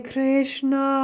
Krishna